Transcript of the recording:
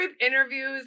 interviews